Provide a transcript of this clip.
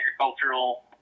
agricultural